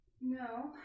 No